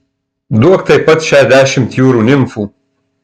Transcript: duok taip pat šešiasdešimt jūrų nimfų